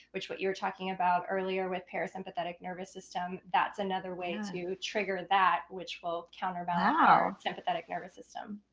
which what you were talking about earlier with parasympathetic nervous system, that's another way to trigger that, which will counterbalance wow. sympathetic nervous system.